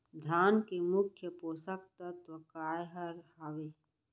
धान के मुख्य पोसक तत्व काय हर हावे?